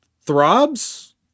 throbs